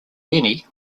jenny